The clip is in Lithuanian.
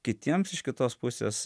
kitiems iš kitos pusės